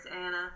Anna